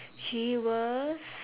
she was